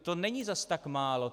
To není zas tak málo.